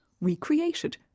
recreated